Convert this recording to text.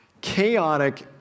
chaotic